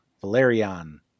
Valerian